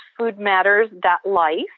foodmatters.life